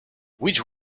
which